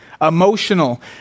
Emotional